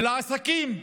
ולעסקים,